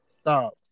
Stop